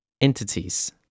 entities